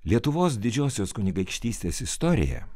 lietuvos didžiosios kunigaikštystės istorija